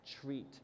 treat